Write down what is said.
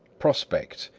prospect,